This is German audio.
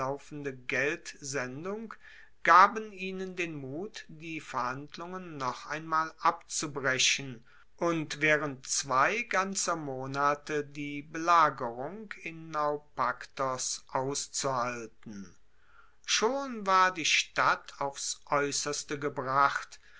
geldsendung gaben ihnen den mut die verhandlungen noch einmal abzubrechen und waehrend zwei ganzer monate die belagerung in naupaktos auszuhalten schon war die stadt aufs aeusserste gebracht